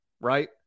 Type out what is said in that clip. right